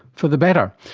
for the better.